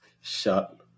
shut